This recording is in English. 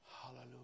Hallelujah